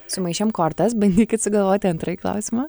sumaišėm kortas bandykit sugalvoti antrąjį klausimą